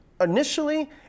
initially